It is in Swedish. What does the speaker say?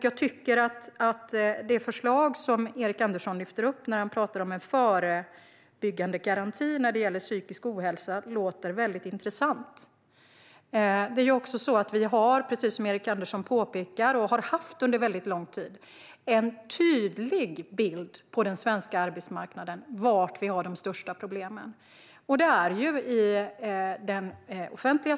Jag tycker att Erik Anderssons förslag om en förebyggandegaranti när det gäller psykisk ohälsa låter väldigt intressant. Precis som Erik Andersson påpekar har vi, och har under lång tid haft, en tydlig bild av var vi har de största problemen på den svenska arbetsmarknaden.